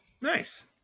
nice